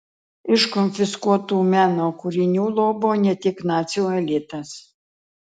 iš konfiskuotų meno kūrinių lobo ne tik nacių elitas